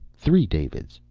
three davids.